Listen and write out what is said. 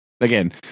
again